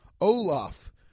Olaf